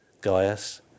Gaius